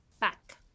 back